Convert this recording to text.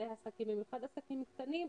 במיוחד עסקים קטנים,